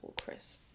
Chris